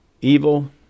evil